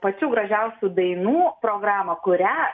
pačių gražiausių dainų programą kurią